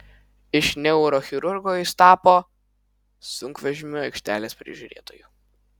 iš neurochirurgo jis tapo sunkvežimių aikštelės prižiūrėtoju